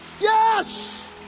Yes